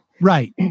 Right